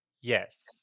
Yes